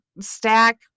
stack